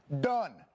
Done